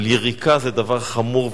אבל יריקה זה דבר חמור ומכוער,